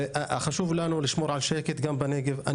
חשוב לנו לשמור על שקט גם בנגב.